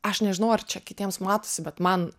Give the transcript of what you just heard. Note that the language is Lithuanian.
aš nežinau ar čia kitiems matosi bet man